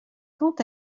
quand